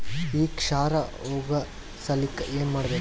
ಈ ಕ್ಷಾರ ಹೋಗಸಲಿಕ್ಕ ಏನ ಮಾಡಬೇಕು?